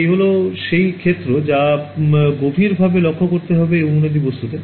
এই হল সেই ক্ষেত্র যা গভীর ভাবে লক্ষ্য করতে হবে এই অনুনাদি বস্তুতে